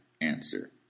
Answer